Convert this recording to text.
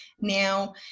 Now